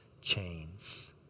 chains